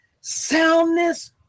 soundness